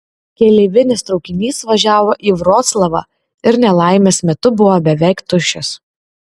keleivinis traukinys važiavo į vroclavą ir nelaimės metu buvo beveik tuščias